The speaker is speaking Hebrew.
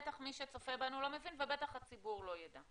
בטח מי שצופה בנו לא מבין ובטח הציבור לא ידע.